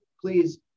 Please